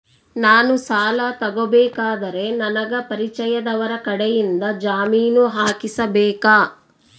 ನಾನು ಸಾಲ ತಗೋಬೇಕಾದರೆ ನನಗ ಪರಿಚಯದವರ ಕಡೆಯಿಂದ ಜಾಮೇನು ಹಾಕಿಸಬೇಕಾ?